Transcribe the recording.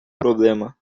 problema